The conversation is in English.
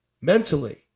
mentally